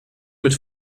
mit